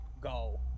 go